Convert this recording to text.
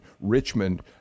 Richmond